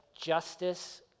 justice